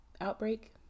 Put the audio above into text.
outbreak